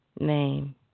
Name